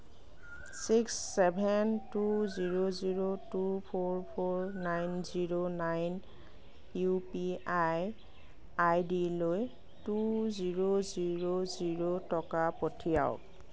six seven two zero zero two four four nine zero nine U P I আইডিলৈ two zero zero zero টকা পঠিয়াওক